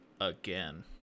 again